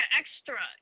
extra